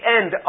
end